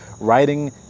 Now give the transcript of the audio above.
Writing